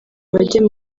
bajya